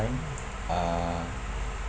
uh